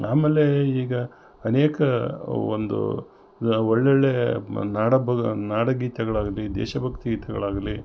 ಆಮೇಲೆ ಈಗ ಅನೇಕ ಒಂದು ಒಳ್ಳೊಳ್ಳೇ ನಾಡಹಬ್ಬ ನಾಡ ಗೀತೆಗಳಾಗಲಿ ದೇಶ ಭಕ್ತಿ ಗೀತೆಗಳಾಗಲಿ